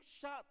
shut